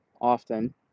often